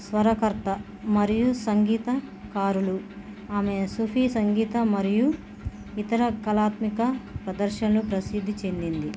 స్వరకర్త మరియు సంగీతకారులు ఆమె సుఫీ సంగీత మరియు ఇతర కళాత్మక ప్రదర్శనలు ప్రసిద్ధి చెందింది